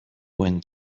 one